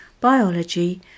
biology